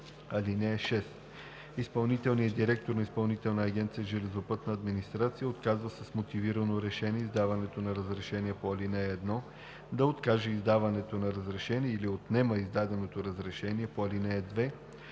(6) Изпълнителният директор на Изпълнителна агенция „Железопътна администрация“ отказва с мотивирано решение издаването на разрешение по ал. 1, да откаже издаването на разрешение или отнема издадено разрешение по ал. 2.